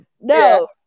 No